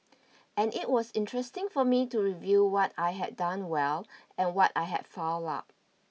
and it was interesting for me to review what I had done well and what I had fouled up